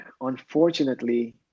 unfortunately